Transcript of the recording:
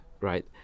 right